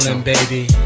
baby